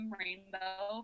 rainbow